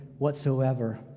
whatsoever